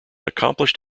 accomplished